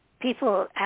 people